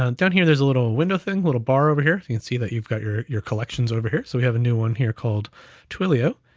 and down here there's a little window thing, a little bar over here. you can see that you've got your your collections over here. so we have a new one here called twilio